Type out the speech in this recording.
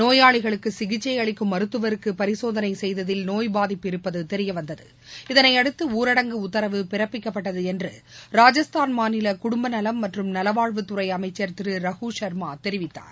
நோயாளிகளுக்கு சிகிச்சை அளிக்கும் மருத்துவருக்கு பரிசோதனை செய்ததில் நோய் பாதிப்பு இருப்பது தெரியவந்தது இதனையடுத்து ஊரடங்கு உத்தரவு பிறபிக்கப்பட்டது என்று ராஜஸ்தாள் மாநில குடும்ப நலம் மற்றும் நலவாழ்வுத்துறை அமைச்சர் திரு ரகு ஷர்மா தெரிவித்தார்